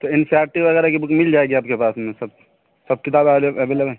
تو N C R T وغیرہ کی بک مل جائے گی آپ کے پاس میں سب سب کتابیں اویلبل ہیں